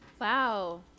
Wow